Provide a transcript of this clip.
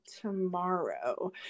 tomorrow